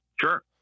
Sure